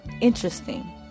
interesting